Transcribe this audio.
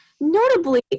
notably